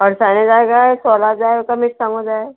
अडसाणे जाय काय सोला जाय काय मिरसांगो जाय